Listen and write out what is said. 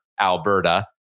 Alberta